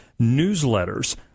newsletters